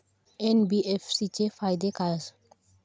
NBFC चे फायदे खाय आसत?